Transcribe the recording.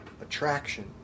attraction